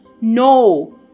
No